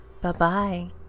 Bye-bye